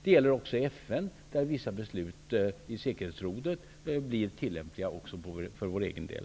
Det gäller också FN, där vissa beslut i säkerhetsrådet blir tillämpliga även för vår egen del.